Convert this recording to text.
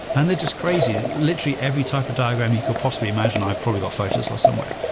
and they're just crazy. literally, every type of diagram you could possibly imagine i've probably got photos or somewhere.